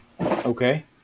Okay